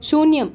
शून्यम्